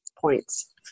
points